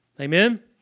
Amen